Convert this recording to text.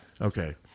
Okay